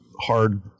hard